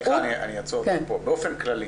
באופן כללי,